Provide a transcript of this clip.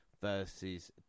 versus